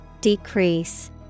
Decrease